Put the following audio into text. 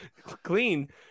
clean